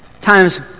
times